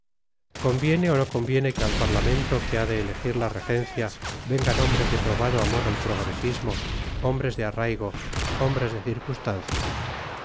conviene o no conviene que al parlamento que ha de elegir la regencia vengan hombres de probado amor al progresismo hombres de arraigo hombres de circunstancias